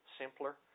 simpler